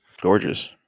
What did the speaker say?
gorgeous